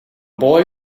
boy